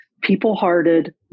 people-hearted